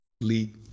lead